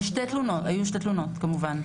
יש שתי תלונות, היו שתי תלונות כמובן.